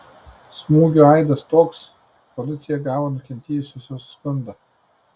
smūgio aidas toks policija gavo nukentėjusiosios skundą